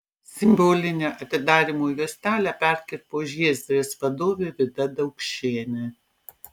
simbolinę atidarymo juostelę perkirpo žiezdrės vadovė vida daukšienė